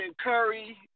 Curry